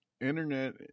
internet